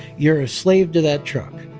you're a slave to that truck.